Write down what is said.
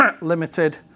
Limited